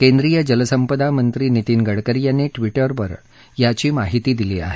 केंद्रीय जलसंपदा मंत्री नितीन गडकरी यांनी ट्वीटरवर याची माहिती दिली आहे